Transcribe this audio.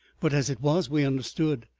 but, as it was, we understood.